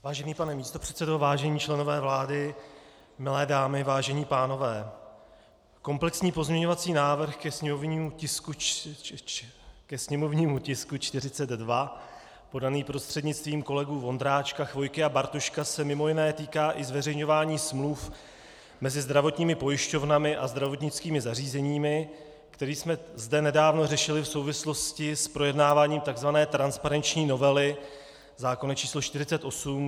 Vážený pane místopředsedo, vážení členové vlády, milé dámy, vážení pánové, komplexní pozměňovací návrh ke sněmovnímu tisku 42 podaný prostřednictvím kolegů Vondráčka, Chvojky a Bartoška se mj. týká i zveřejňování smluv mezi zdravotními pojišťovnami a zdravotnickými zařízeními, které jsme zde nedávno řešili v souvislosti s projednáváním tzv. transparenční novely zákona č. 48/1997 Sb.